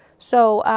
so,